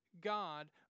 God